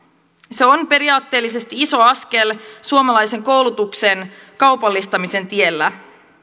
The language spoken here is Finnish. se on periaatteellisesti iso askel suomalaisen koulutuksen kaupallistamisen tiellä